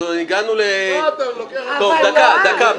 הגענו ל --- מה, אתה לוקח את --- טוב, דקה.